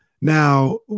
Now